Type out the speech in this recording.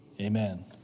amen